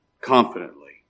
confidently